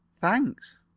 Thanks